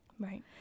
right